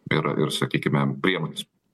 ir ir sakykime priemones